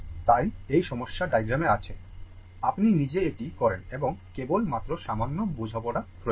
তাই এই সমস্যা ডায়াগ্রামে এসে আপনি নিজে এটি করেন এবং কেবল মাত্র সামান্য বোঝাপড়া প্রয়োজন